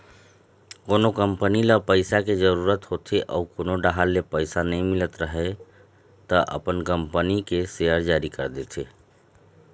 कोनो कंपनी ल पइसा के जरूरत होथे अउ कोनो डाहर ले पइसा नइ मिलत राहय त अपन कंपनी के सेयर जारी कर देथे